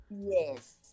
yes